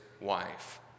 wife